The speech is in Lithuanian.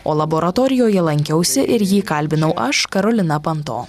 o laboratorijoje lankiausi ir jį kalbinau aš karolina panto